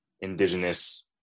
indigenous